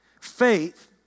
Faith